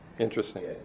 Interesting